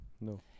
No